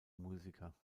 musiker